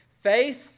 Faith